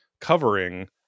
covering